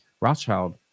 Rothschild